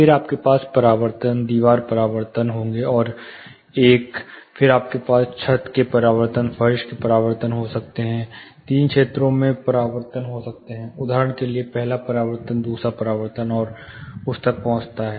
फिर आपके पास परावर्तन दीवार परावर्तन होंगे आर 1 फिर आपके पास छत के परावर्तन फर्श के परावर्तन हो सकते हैं 3 क्षेत्रों में परावर्तन होते हैं उदाहरण के लिए पहला परावर्तन दूसरा परावर्तन जो उस तक पहुंचता है